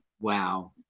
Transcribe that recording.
Wow